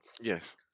Yes